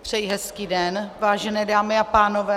Přeji hezký den, vážené dámy a pánové.